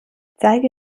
zeige